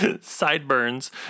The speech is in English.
sideburns